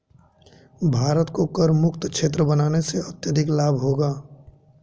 भारत को करमुक्त क्षेत्र बनाने से अत्यधिक लाभ होगा